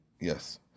Yes